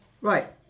Right